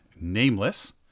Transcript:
nameless